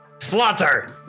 slaughter